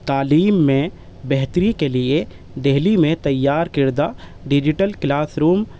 تعلیم میں بہتری کے لیے دہلی میں تیار کردہ ڈجیٹل کلاس روم